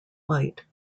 white